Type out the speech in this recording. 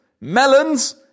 melons